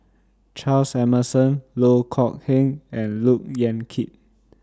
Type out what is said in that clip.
Charles Emmerson Loh Kok Heng and Look Yan Kit